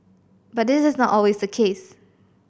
but this is not always the case